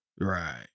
Right